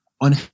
on